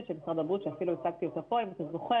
של משרד הבריאות שאפילו הצגתי אותה פה אם אתה זוכר